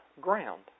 ground